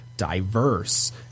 Diverse